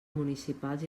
municipals